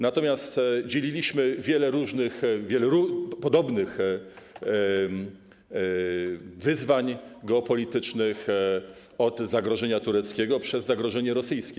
Natomiast dzieliliśmy wiele różnych, wiele podobnych wyzwań geopolitycznych - od zagrożenia tureckiego, przez zagrożenie rosyjskie.